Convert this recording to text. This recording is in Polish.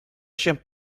się